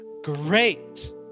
Great